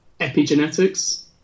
epigenetics